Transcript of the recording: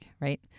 right